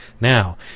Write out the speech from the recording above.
now